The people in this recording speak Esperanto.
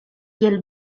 kiel